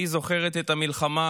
היא זוכרת את המלחמה,